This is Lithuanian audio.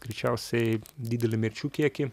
greičiausiai didelį mirčių kiekį